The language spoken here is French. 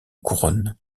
couronne